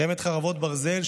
מלחמת חרבות ברזל,